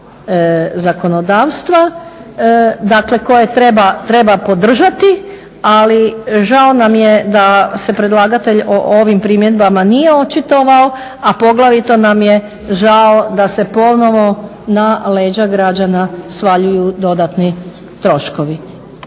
zakonodavstva koje treba podržati, ali žao nam je da se predlagatelj o ovim primjedbama nije očitovao, a poglavito nam je žao da se ponovo na leđa građana svaljuju dodatni troškovi,